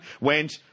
went